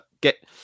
get